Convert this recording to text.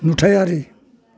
नुथायारि